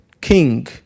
king